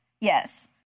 Yes